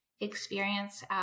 experience